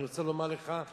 אני רוצה לומר לך,